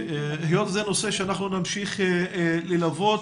היות וזה נושא שאנחנו נמשיך ללוות,